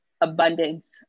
abundance